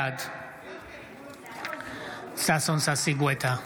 בעד ששון ששי גואטה,